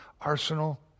arsenal